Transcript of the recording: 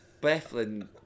Bethlin